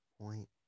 point